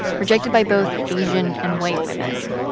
rejected by both asian and white women.